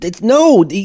No